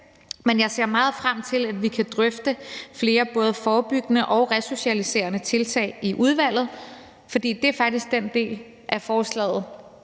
men jeg ser meget frem til, at vi kan drøfte flere både forebyggende og resocialiserende tiltag i udvalget, for det er faktisk den del af forslaget